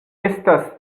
estas